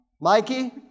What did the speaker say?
Mikey